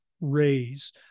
Raise